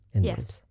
Yes